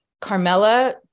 Carmela